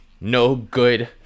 no-good